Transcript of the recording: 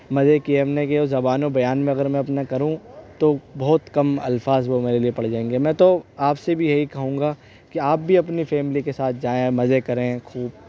مزے کیے ہم نے کہ وہ زبان و بیان میں اگر میں اپنے کروں تو بہت کم الفاظ وہ میرے لیے پڑ جائیں گے میں تو آپ سے بھی یہی کہوں گا کہ آپ اپنی فیملی کے ساتھ جائیں اور مزے کریں خوب